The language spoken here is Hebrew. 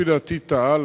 לפי דעתי טעה,